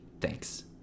Thanks